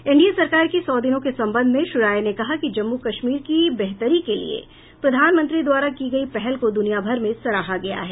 NDA सरकार के सौ दिनों के संबंध में श्री राय ने कहा कि जम्मू कश्मीर की बेहतरी के लिए प्रधानमंत्री द्वारा की गई पहल को दुनियाभर में सराहा गया है